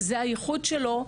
זה הייחוד שלו,